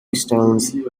stones